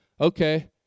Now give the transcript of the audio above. Okay